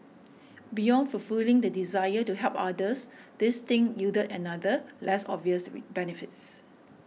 beyond fulfilling the desire to help others this stint yielded another less obvious re benefits